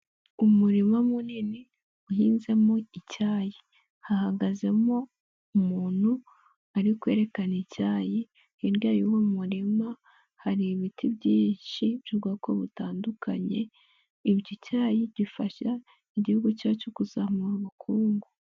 Umurima munini uhinzemo icyayi. Hahagazemo umuntu ariko yerekana icyayi, hirya y'uwo muririma hari ibiti byinshi by'ubwoko butandukanye, icyayi gifasha igihugu cyacu kuzamura ubukungu.